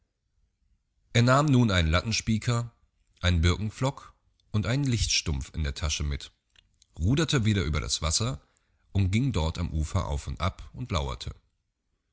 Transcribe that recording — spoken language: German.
er nahm nun einen lattenspiker einen birkenpflock und einen lichtstumpf in der tasche mit ruderte wieder über das wasser und ging dort am ufer auf und ab und lauerte